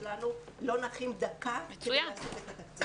שלנו לא נחים דקה כדי לקבל את התקציב.